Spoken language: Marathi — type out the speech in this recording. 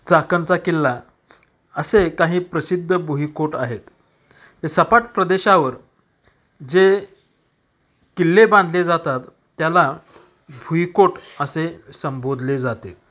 चाकणचा किल्ला असे काही प्रसिद्ध भुईकोट आहेत हे सपाट प्रदेशावर जे किल्ले बांधले जातात त्याला भुईकोट असे संबोधले जाते